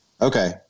Okay